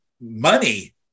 money